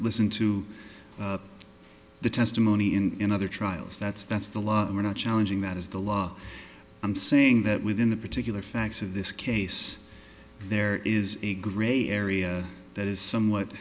listen to the testimony and in other trials that's that's the law we're not challenging that is the law i'm saying that within the particular facts of this case there is a gray area that is somewhat